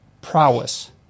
prowess